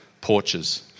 porches